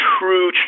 true